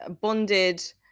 bonded